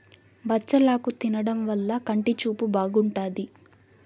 బచ్చలాకు తినడం వల్ల కంటి చూపు బాగుంటాది